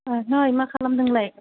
नै मा खालामदों नोंलाय